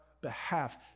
behalf